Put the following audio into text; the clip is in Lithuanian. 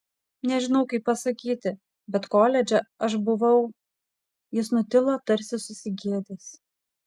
nežinau kaip pasakyti bet koledže aš buvau jis nutilo tarsi susigėdęs